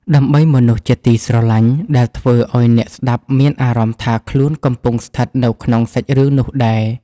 ដើម្បីមនុស្សជាទីស្រឡាញ់ ដែលធ្វើឱ្យអ្នកស្ដាប់មានអារម្មណ៍ថាខ្លួនកំពុងស្ថិតនៅក្នុងសាច់រឿងនោះដែរ។